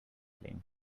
flame